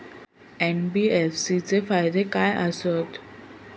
NBFC चे फायदे खाय आसत?